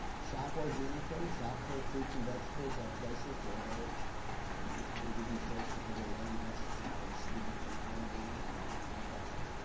shop organically, shop for fruits and vegetables at places where they they try and give you choices that are low in pesticides, even if they're not organic, following our guide.